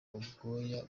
ubwoya